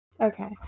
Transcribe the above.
Okay